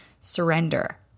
surrender